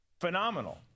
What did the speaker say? phenomenal